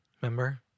Remember